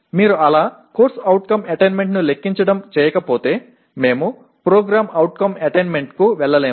మీరు అలా CO attainment ను లెక్కించడం చేయకపోతే మేము PO అటైన్మెంట్కు వెళ్ళలేము